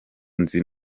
nzi